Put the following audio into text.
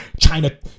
China